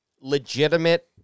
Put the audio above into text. legitimate